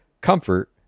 Comfort